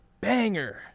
Banger